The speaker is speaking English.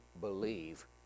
believe